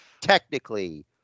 technically